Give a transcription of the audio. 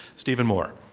stephen moore.